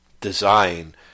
design